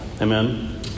Amen